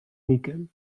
níquel